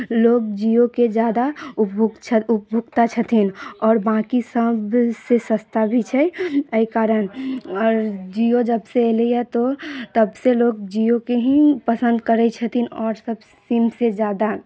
लोक जियोके ज्यादा उपभो छ उपभोक्ता छथिन आओर बाँकी सभसँ सस्ता भी छै एहिकारण जियो जबसँ एलै तऽ तबसँ लोक जियोके ही पसन्द करै छथिन आओर सभ सिमसँ ज्यादा